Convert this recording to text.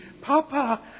Papa